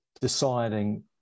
deciding